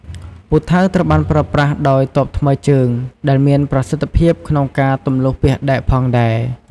ពូថៅត្រូវបានប្រើប្រាស់ដោយទ័ពថ្មើរជើង ដែលមានប្រសិទ្ធភាពក្នុងការទម្លុះពាសដែកផងដែរ។